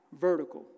vertical